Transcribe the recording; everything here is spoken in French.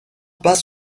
pas